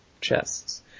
chests